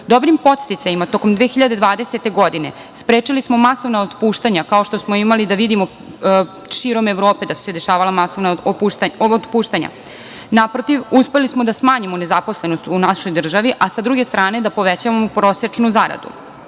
Dobrim podsticajima tokom 2020. godine sprečili smo masovna otpuštanja kao što smo mogli da vidimo širom Evrope, da su se dešavala masovna otpuštanja. Naprotiv, uspeli smo da smanjimo nezaposlenost u našoj državi, a sa druge strane da povećamo prosečnu